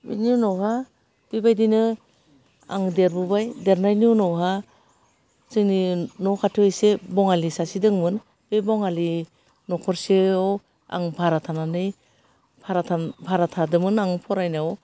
बिनि उनावहा बेबायदिनो आं देरबोबाय देरनायनि उनावहा जोंनि न' खाथियाव एसे बाङालि सासे दंमोन बे बाङालि न'खरसेयाव आं भारा थानानै भारा थादोंमोन आं फरायनायाव